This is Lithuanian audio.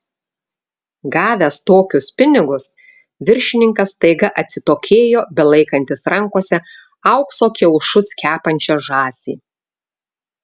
gavęs tokius pinigus viršininkas staiga atsitokėjo belaikantis rankose aukso kiaušus kepančią žąsį